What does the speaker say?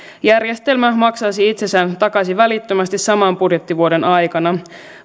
järjestelmä maksaisi itsensä takaisin välittömästi saman budjettivuoden aikana